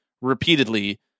repeatedly